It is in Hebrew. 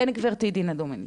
כן גברתי, דינה דומיניץ.